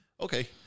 okay